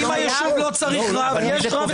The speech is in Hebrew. אם היישוב לא צריך רב, יש רב אזורי.